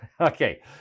Okay